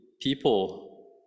people